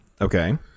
Okay